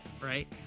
right